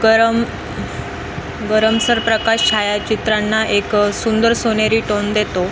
गरम गरमसर प्रकाश छायाचित्रांना एक सुंदर सोनेरी टोन देतो